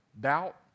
doubt